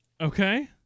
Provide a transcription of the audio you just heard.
Okay